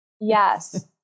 yes